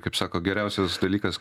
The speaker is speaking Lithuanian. kaip sako geriausias dalykas